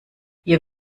ihr